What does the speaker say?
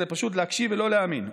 זה פשוט להקשיב ולא להאמין,